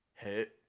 Hit